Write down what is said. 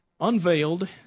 unveiled